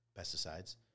pesticides